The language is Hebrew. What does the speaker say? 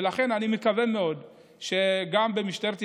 לכן אני מקווה מאוד שגם במשטרת ישראל,